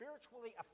spiritually